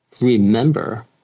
remember